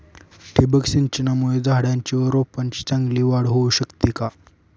ठिबक सिंचनामुळे झाडाची व रोपांची चांगली वाढ होऊ शकते का?